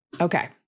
okay